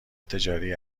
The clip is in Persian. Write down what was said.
تجاری